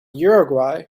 uruguay